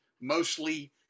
mostly